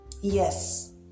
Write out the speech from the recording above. Yes